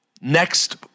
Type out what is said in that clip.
Next